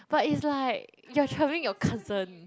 but is like you are troubling your cousin